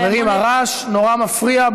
חברים, הרעש נורא מפריע.